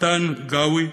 פאתן גאווי,